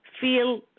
feel